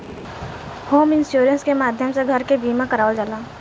home insurance के माध्यम से घर के बीमा करावल जाला